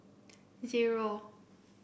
zero